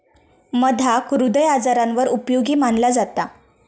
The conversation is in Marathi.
मधाक हृदय आजारांवर उपयोगी मनाला जाता